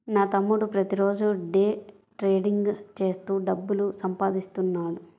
నా తమ్ముడు ప్రతిరోజూ డే ట్రేడింగ్ చేత్తూ డబ్బులు సంపాదిత్తన్నాడు